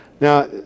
Now